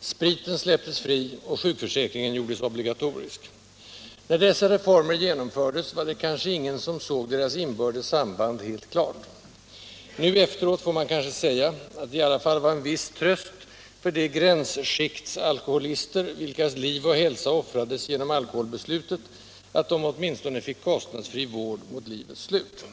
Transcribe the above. spriten släpptes fri, och sjukförsäkringen gjordes obligatorisk. När dessa reformer genomfördes var det kanske ingen som såg deras inbördes samband helt klart. Nu efteråt får man kanske säga att det i alla fall var en viss tröst för de gränsskiktsalkoholister, vilkas liv och hälsa offrades genom alkoholbeslutet, att de åtminstone fick kostnadsfri vård mot livets siut.